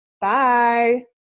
Bye